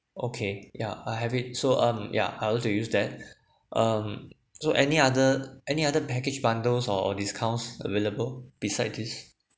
okay yeah I have it so um yeah I'd like to use that um so any other any other package bundles or discounts available besides this